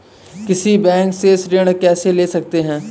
किसी बैंक से ऋण कैसे ले सकते हैं?